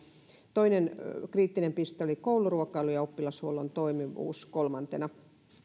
toinen kriittinen piste oli kouluruokailu ja oppilashuollon toimivuus kolmantena